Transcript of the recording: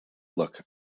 look